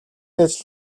ажил